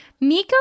Miko